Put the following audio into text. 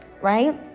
right